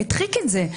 הדחיקו את זה.